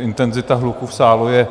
Intenzita hluku v sále je